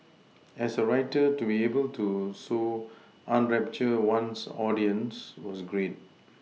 as a writer to be able to so enrapture one's audience was great